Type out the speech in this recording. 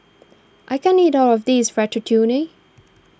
I can't eat all of this Ratatouille